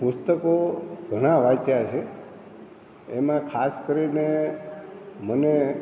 પુસ્તકો ઘણા વાંચ્યા છે એમાં ખાસ કરીને મને